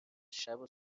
شبو